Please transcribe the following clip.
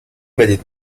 بدید